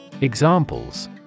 Examples